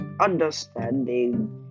understanding